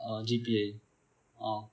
oh G_P_A oh